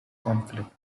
conflict